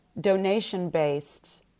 donation-based